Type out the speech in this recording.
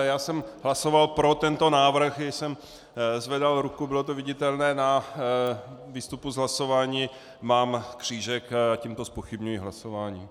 Já jsem hlasoval pro tento návrh, když jsem zvedal ruku, bylo to viditelné, na výstupu z hlasování mám křížek, tímto zpochybňuji hlasování.